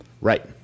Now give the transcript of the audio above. Right